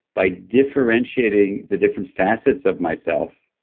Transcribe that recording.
by differentiating the different facets of myself,